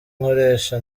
nkoresha